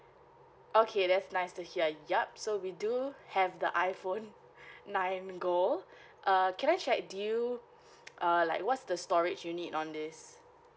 okay that's nice to hear yup so we do have the iphone nine gold err can I check do you err like what's the storage you need on this